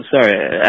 Sorry